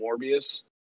Morbius